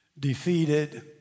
defeated